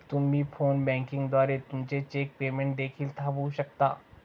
तुम्ही phone banking द्वारे तुमचे चेक पेमेंट देखील थांबवू शकता